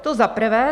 To za prvé.